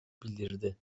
bildirdi